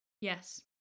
Yes